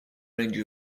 range